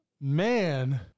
man